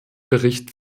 bericht